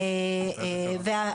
אגב,